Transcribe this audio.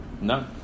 No